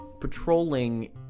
patrolling